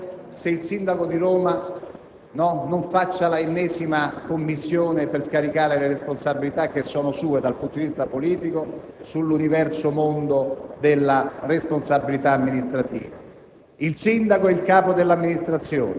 che il sindaco di Roma, al quale va tutto il nostro riconoscimento per quello che sta facendo, crei l'ennesima commissione per scaricare le responsabilità - che sono sue dal punto di vista politico